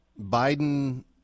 Biden